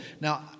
Now